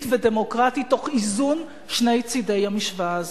ודמוקרטית תוך איזון שני צדי המשוואה הזאת.